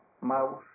mouse